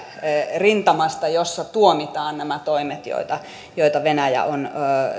rintamasta jossa tuomitaan nämä toimet joita joita venäjä on